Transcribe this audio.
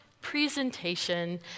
presentation